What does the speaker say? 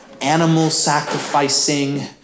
animal-sacrificing